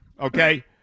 Okay